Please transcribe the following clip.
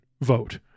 vote